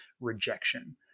rejection